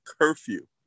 curfew